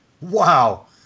wow